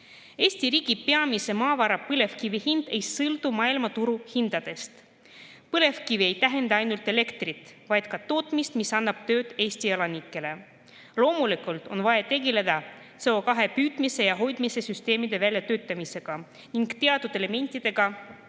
Eesti riigi peamise maavara, põlevkivi hind ei sõltu maailmaturuhindadest. Põlevkivi ei tähenda ainult elektrit, vaid ka tootmist, mis annab tööd Eesti elanikele. Loomulikult on vaja tegeleda CO2püüdmise ja hoidmise süsteemide väljatöötamisega ning teatud elementidega